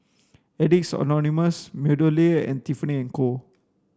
Addicts Anonymous MeadowLea and Tiffany and Co